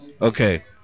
Okay